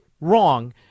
wrong